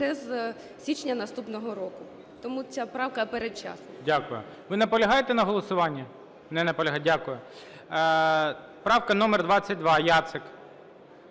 лише з січня наступного року. Тому ця правка передчасна. ГОЛОВУЮЧИЙ. Дякую. Ви наполягаєте на голосуванні? Не наполягаєте. Дякую. Правка номер 22, Яцик.